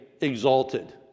exalted